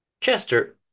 Chester